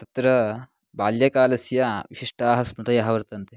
तत्र बाल्यकालस्य विशिष्टाः स्मृतयः वर्तन्ते